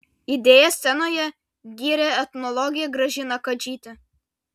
idėją scenoje gyrė etnologė gražina kadžytė